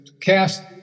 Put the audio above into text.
cast